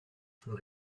peut